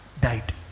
died